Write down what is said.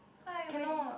hi my